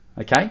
okay